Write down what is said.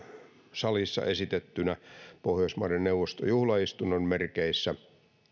salissa esitettynä pohjoismaiden neuvoston juhlaistunnon merkeissä